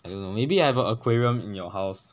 I don't know maybe I have a aquarium in your house